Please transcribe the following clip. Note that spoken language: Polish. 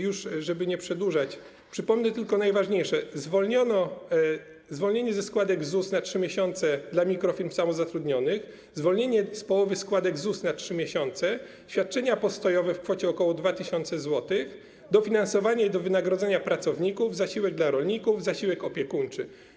Już żeby nie przedłużać, przypomnę tylko najważniejsze: zwolnienie ze składek ZUS na 3 miesiące dla mikrofirm i samozatrudnionych, zwolnienie z połowy składek ZUS na 3 miesiące, świadczenia postojowe w kwocie ok. 2 tys. zł, dofinansowanie do wynagrodzenia pracowników, zasiłek dla rolników, zasiłek opiekuńczy.